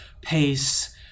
pace